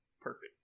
perfect